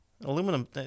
Aluminum